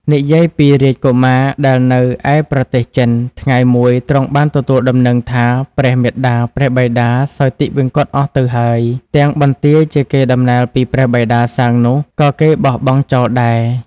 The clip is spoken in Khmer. និយាយពីរាជកុមារដែលនៅឯប្រទេសចិន ថ្ងៃមួយទ្រង់បានទទួលដំណឹងថា ព្រះមាតាព្រះបិតាសោយទិវង្គតអស់ទៅហើយ ទាំងបន្ទាយជាកេរ្តិ៍ដំណែលពីព្រះបិតាសាងនោះ ក៏គេបោះបង់ចោលដែរ។